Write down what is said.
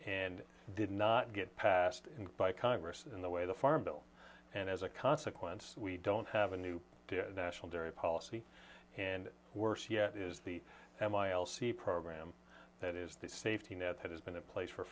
and did not get passed by congress in the way the farm bill and as a consequence we don't have a new national dairy policy and worse yet is the m i l c program that is the safety net that has been in place for